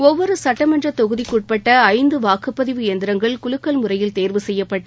ஒவ்வொரு சட்டமன்ற தொகுதிக்குட்பட்ட ஐந்து வாக்குப்பதிவு இயந்திரங்கள் குலுக்கல் முறையில் தேர்வு செய்யப்பட்டு